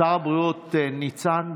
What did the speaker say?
שר הבריאות, ניצן,